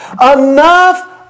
Enough